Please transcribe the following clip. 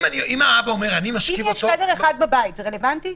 אם יש חדר אחד בבית זה רלוונטי?